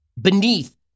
beneath